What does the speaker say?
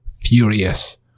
furious